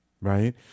right